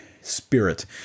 spirit